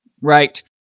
Right